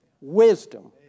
Wisdom